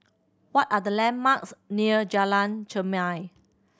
what are the landmarks near Jalan Chermai